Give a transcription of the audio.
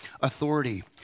authority